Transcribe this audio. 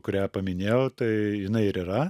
kurią paminėjau tai jinai ir yra